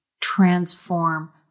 transform